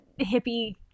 hippie